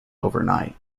overnight